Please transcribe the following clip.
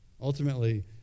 Ultimately